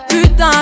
Putain